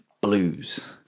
blues